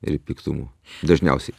ir piktumų dažniausiai